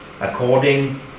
according